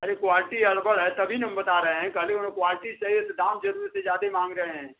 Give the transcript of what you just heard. अरे क्वालिटी अलग रहे तभी ना हम बता रहे हैं कहने का मतलब क्वालटी सही है तो दाम जरूरत से ज़्यादा ही माँग रहे हैं